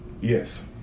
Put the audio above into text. Yes